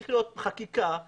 צריכה להיות חקיקה רוחבית.